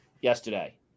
yesterday